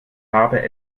habe